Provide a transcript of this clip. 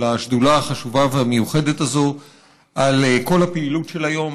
השדולה החשובה והמיוחדת הזו על כל הפעילות של היום,